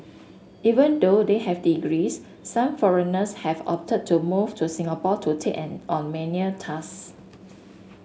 even though they have degrees some foreigners have opted to move to Singapore to take on on menial task